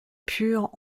pure